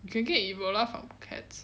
you can get ebola from cats